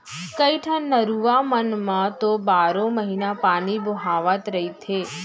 कइठन नरूवा मन म तो बारो महिना पानी बोहावत रहिथे